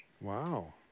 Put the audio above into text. Wow